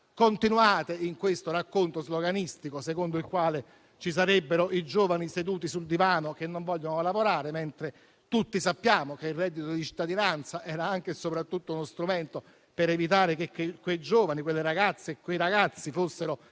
Continuate con questo racconto sloganistico secondo il quale ci sarebbero i giovani seduti sul divano che non vogliono lavorare, mentre tutti sappiamo che il reddito di cittadinanza era anche e soprattutto uno strumento per evitare che quei giovani, quelle ragazze e quei ragazzi, fossero